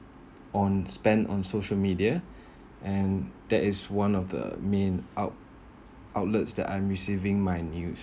on spend on social media and that is one of the main out outlets that I'm receiving my news